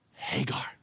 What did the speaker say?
Hagar